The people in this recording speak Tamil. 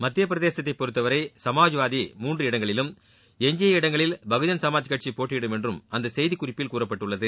மத்தியப் பிரதேசத்தை பொறுத்தவரை சுமாஜ்வாதி மூன்று இடங்களிலும் எஞ்சிய இடங்களில் பகுஜன் சமாஜ் கட்சி போட்டியிடும் என்றும் அந்த செய்திக் குறிப்பில் கூறப்பட்டுள்ளது